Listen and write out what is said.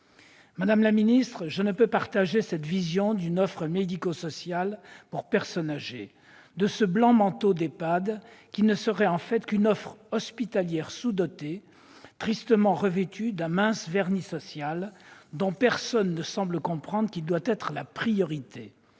Madame la ministre, je ne peux partager cette vision d'une offre médico-sociale pour personnes âgées, de ce « blanc manteau d'EHPAD » qui ne serait en fait qu'une offre hospitalière sous-dotée, tristement revêtue d'un mince vernis social, dont personne ne semble comprendre qu'il doit être la priorité,